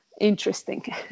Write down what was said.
interesting